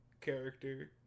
character